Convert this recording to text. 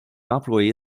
employé